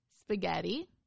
Spaghetti